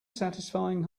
satisfying